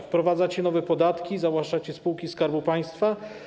Wprowadzacie nowe podatki, zawłaszczacie spółki Skarbu Państwa.